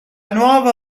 nuova